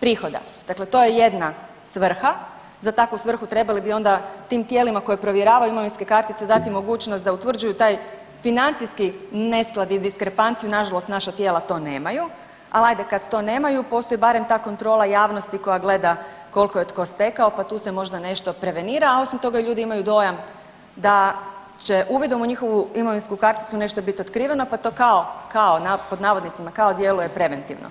prihoda, dakle to je jedna svrha, za takvu svrhu trebali bi onda tim tijelima koja provjeravaju imovinske kartice dati mogućnost da utvrđuju taj financijski nesklad i diskrepanciju, nažalost naša tijela to nemaju, ali ajde kad nemaju postoji barem ta kontrola javnosti koja gleda koliko je tko stekao pa tu se možda nešto prevenira, a osim toga ljudi imaju dojam da će uvidom u njihovu imovinsku karticu nešto bit otkriveno pa to kao, „kao“ kao djeluje preventivno.